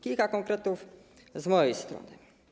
Kilka konkretów z mojej strony.